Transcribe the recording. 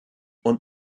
und